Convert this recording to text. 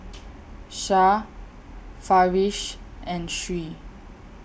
Shah Farish and Sri